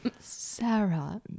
Sarah